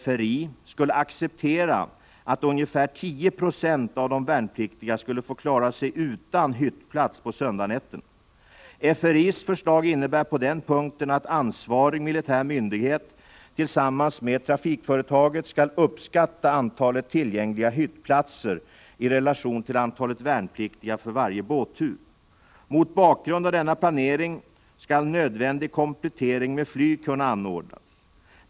FRI, skulle acceptera att ungefär 10 960 av de värnpliktiga skulle få klara sig utan hyttplats på söndagsnätterna. FRI:s förslag innebär på den punkten att ansvarig militär myndighet tillsammans med trafikföretaget skall uppskatta antalet tillgängliga hyttplatser i relation till antalet värnpliktiga för varje båttur. Mot bakgrund av denna planering skall nödvändig komplettering med flyg kunna anordnas.